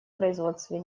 производстве